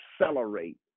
accelerate